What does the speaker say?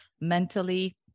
mentally